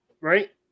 right